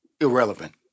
irrelevant